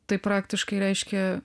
tai praktiškai reiškė